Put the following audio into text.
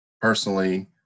personally